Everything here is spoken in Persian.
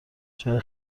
جای